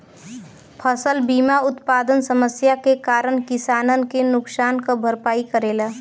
फसल बीमा उत्पादन समस्या के कारन किसानन के नुकसान क भरपाई करेला